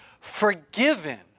forgiven